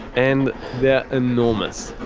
and they're enormous.